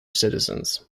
citizens